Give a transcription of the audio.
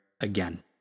again